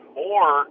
more